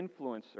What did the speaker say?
influencer